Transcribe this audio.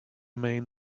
main